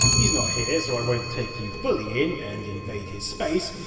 he's not here, so i won't take you fully in, and invade his space,